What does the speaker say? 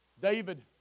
David